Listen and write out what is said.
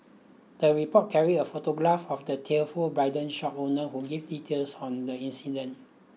the report carried a photograph of the tearful bridal shop owner who give details on the incident